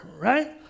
right